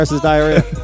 diarrhea